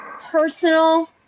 personal